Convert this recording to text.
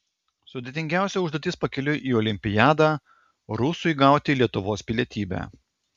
sudėtingiausia užduotis pakeliui į olimpiadą rusui gauti lietuvos pilietybę